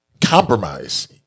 compromise